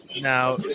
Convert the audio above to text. Now